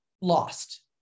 lost